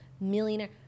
Millionaire